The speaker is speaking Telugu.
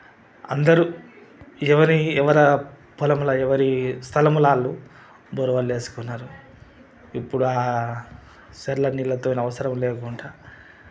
అందరూ ఎవరి ఎవర పొలముల ఎవరి స్థలములా వాళ్ళు బోర్ వాళ్ళు ఏసుకున్నారు ఇప్పుడు ఆ చెర్లో నీళ్లతో అవసరం లేకుండా